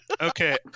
Okay